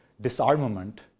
disarmament